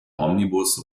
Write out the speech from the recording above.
omnibusse